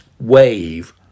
wave